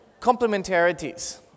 Complementarities